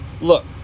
Look